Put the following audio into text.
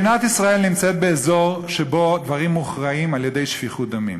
מדינת ישראל נמצאת באזור שבו דברים מוכרעים על-ידי שפיכות דמים.